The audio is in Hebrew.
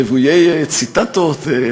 רוויי ציטטות,